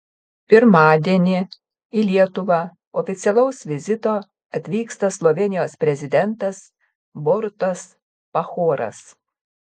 pirmadienį į lietuvą oficialaus vizito atvyksta slovėnijos prezidentas borutas pahoras